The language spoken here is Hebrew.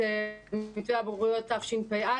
את מתווה הבגרויות תשפ"א,